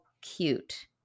cute